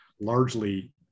largely